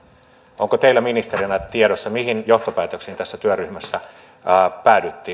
onko teillä ministerinä tiedossa mihin johtopäätökseen tässä työryhmässä päädyttiin